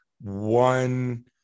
one